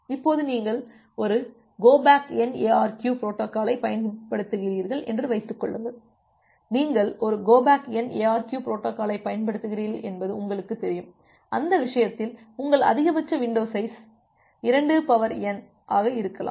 இப்போது நீங்கள் ஒரு கோ பேக் என் எஅர்கியு பொரோட்டோகாலை பயன்படுத்துகிறீர்கள் என்று வைத்துக் கொள்ளுங்கள் நீங்கள் ஒரு கோ பேக் என் எஅர்கியு பொரோட்டோகாலை பயன்படுத்துகிறீர்கள் என்பது உங்களுக்குத் தெரியும் அந்த விஷயத்தில் உங்கள் அதிகபட்ச வின்டோ சைஸ் 2n 1 ஆக இருக்கலாம்